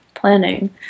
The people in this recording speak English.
planning